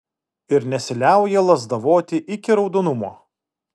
ir nesiliauja lazdavoti iki raudonumo